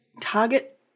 target